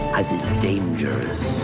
as it's dangerous.